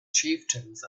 chieftains